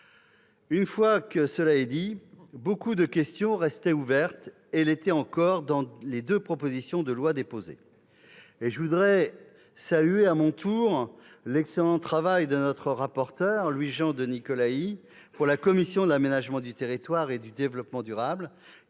Une fois cela dit, beaucoup de questions restaient ouvertes et l'étaient encore dans les deux propositions de loi déposées. Je voudrais saluer à mon tour l'excellent travail de notre rapporteur Louis-Jean de Nicolaÿ pour la commission de l'aménagement du territoire et du développement durable